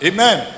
Amen